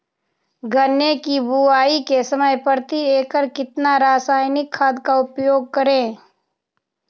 गन्ने की बुवाई के समय प्रति एकड़ कितना रासायनिक खाद का उपयोग करें?